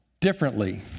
differently